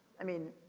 i mean,